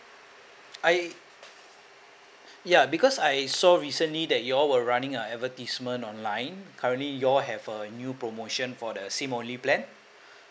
I ya because I saw recently that you all were running a advertisement online currently you all have a new promotion for the SIM only plan